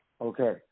Okay